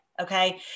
Okay